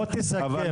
בוא תסכם.